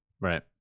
Right